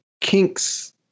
kinks